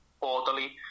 orderly